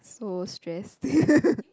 so stress